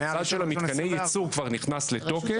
הצד של מתקני הייצור כבר נכנס לתוקף.